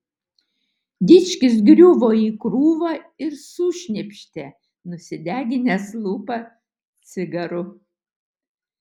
dičkis griuvo į krūvą ir sušnypštė nusideginęs lūpą cigaru